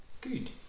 Good